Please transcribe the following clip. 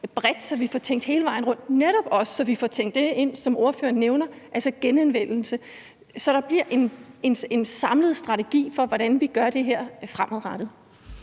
bredt, så vi får tænkt hele vejen rundt, så vi netop også får tænkt det ind, som ordføreren nævner, altså genanvendelse, og så der bliver en samlet strategi for, hvordan vi gør det her fremadrettet.